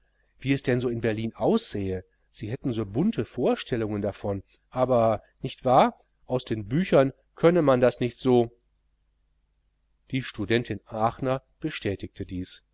wie es denn so in berlin aussähe sie hätten so bunte vorstellungen davon aber nicht wahr aus den büchern könne man das nicht so die studentin aachner bestätigte dies